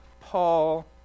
Paul